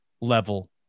level